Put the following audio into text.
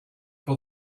for